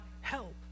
help